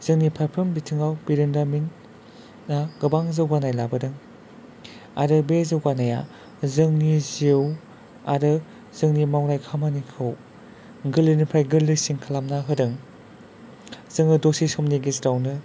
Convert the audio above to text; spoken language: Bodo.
जोंनि फारफ्रोम बिथिङाव बिरोंदामिना गोबां जौगानाय लाबोदों आरो बे जौगानाया जोंनि जिउ आरो जोंनि मावनाय खामानिखौ गोरलैनिफ्राय गोरलैसिन खालामना होदों जोङो दसे समनि गेजेरावनो